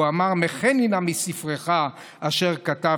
הוא אמר: "מחני נא מספרך אשר כתבת".